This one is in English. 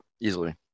easily